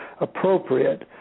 appropriate